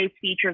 features